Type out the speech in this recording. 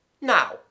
Now